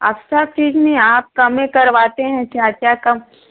आप सब चीज़ में आप कम ही करवाते हैं चाचा कम